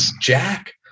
Jack